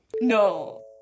No